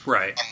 Right